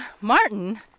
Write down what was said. Martin